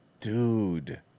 Dude